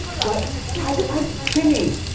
but i like kimmy.